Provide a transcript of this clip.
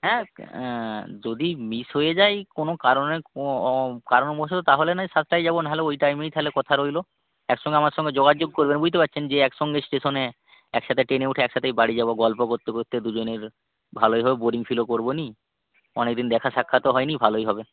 হ্যাঁ যদি মিস হয়ে যায় কোনো কারণে কারণবশত তাহলে নাহয় সাতটায় যাব না হলে ঐ টাইমেই তাহলে কথা রইল একসঙ্গে আমার সঙ্গে যোগাযোগ করবেন বুঝতে পারছেন যেয়ে একসঙ্গে স্টেশনে একসাথে ট্রেনে উঠে একসাথেই বাড়ি যাব গল্প করতে করতে দুজনের ভালোই হোক বোরিং ফিলও করব নি অনেক দিন দেখা সাক্ষাৎও হয় নি ভালোই হবে